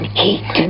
heat